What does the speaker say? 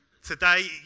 Today